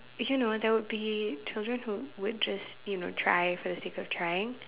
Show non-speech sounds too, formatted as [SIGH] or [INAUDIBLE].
[BREATH] you know there would be children who would just you know try for the sake of trying